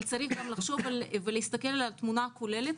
אבל צריך גם להסתכל על התמונה הכוללת.